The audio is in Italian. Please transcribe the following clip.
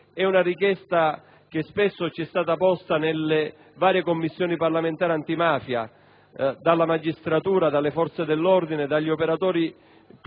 ad una richiesta che è stata spesso avanzata nelle varie Commissioni parlamentari antimafia dalla magistratura, dalle forze dell'ordine, dagli operatori